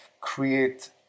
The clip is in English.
create